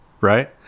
right